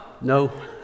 No